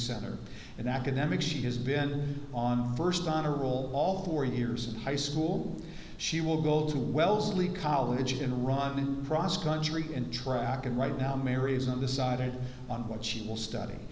center in academics she has been on first honor roll all four years of high school she will go to wellesley college in running cross country and track and right now mary is undecided on what she will study